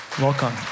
Welcome